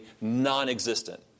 non-existent